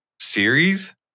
series